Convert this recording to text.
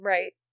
Right